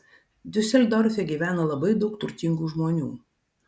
diuseldorfe gyvena labai daug turtingų žmonių